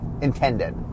intended